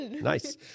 Nice